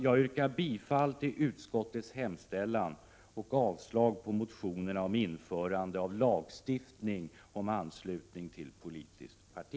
Jag yrkar bifall till utskottets hemställan och avslag på motionerna om lagstiftning beträffande anslutning till politiskt parti.